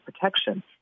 protection